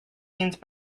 means